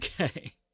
Okay